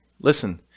Listen